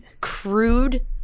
crude